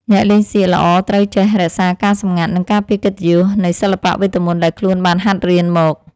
អ្នកលេងសៀកល្អត្រូវចេះរក្សាការសម្ងាត់ និង ការពារកិត្តិយសនៃសិល្បៈវេទមន្តដែលខ្លួនបានហាត់រៀនមក។